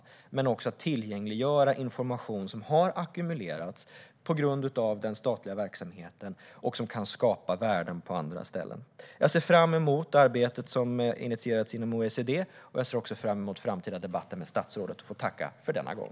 Det handlar också om att tillgängliggöra information som har ackumulerats på grund av den statliga verksamheten och som kan skapa värden på andra ställen. Jag ser fram emot arbetet som initierats inom OECD. Jag ser också fram emot framtida debatter med statsrådet och får tacka för denna gång.